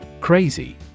Crazy